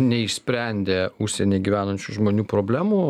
neišsprendė užsieny gyvenančių žmonių problemų